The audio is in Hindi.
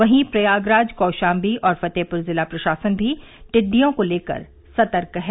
वहीं प्रयागराज कौशाम्बी और फतेहपुर जिला प्रशासन भी टिड़िडयों को लेकर सतर्क है